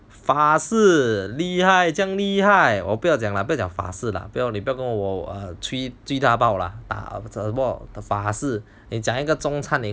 法式厉害这样厉害 !wah! 不要讲啦法式啦不要你别跟我跟我吹最大爆了啊不要讲的法式讲一个中餐厅